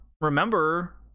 remember